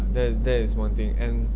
that that is one thing